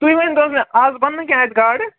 تُہۍ ؤنۍتو مےٚ اَز بَنٕنہٕ کیٚنٛہہ اَتہِ گاڈٕ